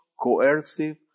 coercive